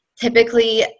Typically